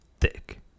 Thick